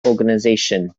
organisation